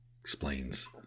Explains